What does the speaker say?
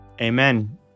Amen